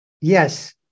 yes